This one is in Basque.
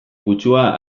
kutsua